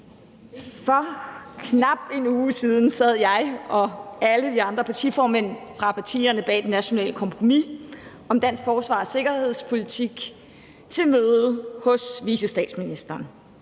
For knap en uge siden sad jeg og alle de andre partiformænd fra partierne bag det nationale kompromis om dansk forsvars- og sikkerhedspolitik til møde hos vicestatsministeren.